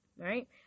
right